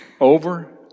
Over